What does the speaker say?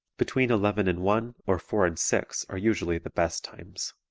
between eleven and one, or four and six are usually the best times.